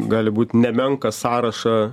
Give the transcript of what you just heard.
gali būt nemenką sąrašą